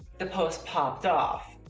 the post popped off.